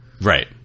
Right